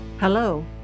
Hello